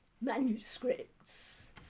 manuscripts